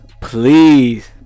please